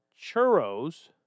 churros